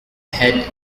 head